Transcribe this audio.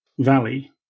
valley